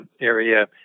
area